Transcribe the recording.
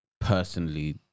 personally